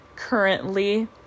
Currently